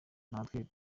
natwe